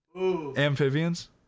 Amphibians